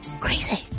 crazy